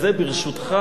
ברשותך,